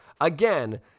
again